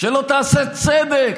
שלא תעשה צדק,